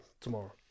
tomorrow